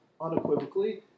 unequivocally